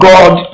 God